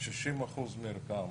60% מערכם.